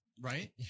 right